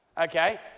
Okay